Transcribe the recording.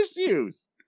issues